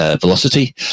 Velocity